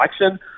election